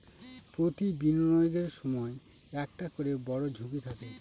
প্রতি বিনিয়োগের সময় একটা করে বড়ো ঝুঁকি থাকে